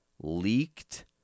Leaked